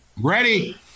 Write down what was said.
Ready